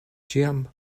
ĉiam